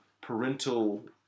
parental